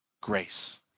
grace